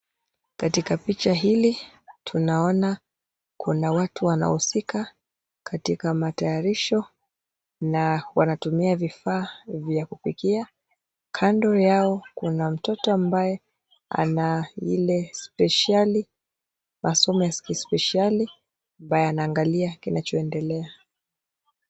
Katika picha hili, tunaona kuna watu wanaohusika katika matayarisho na wanatumia vifaa vya kupikia . Kando yao kuna mtoto ambaye ana ile speshali masomo ya kispeshali ambaye anaangalia kinachoendelea.